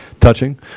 touching